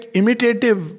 imitative